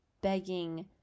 begging